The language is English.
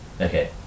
Okay